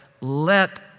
let